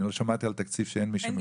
אני לא שמעתי על תקציב שאין מי שמבקש.